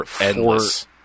endless